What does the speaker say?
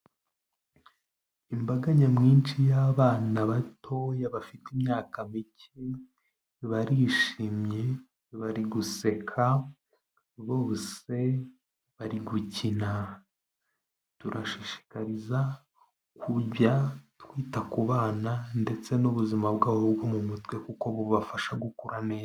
Imbaga nyamwinshi y'abana batoya bafite imyaka mike, barishimye bari guseka bose bari gukina, turashishikariza kujya twita ku bana ndetse n'ubuzima bwabo bwo mu mutwe kuko bubafasha gukura neza.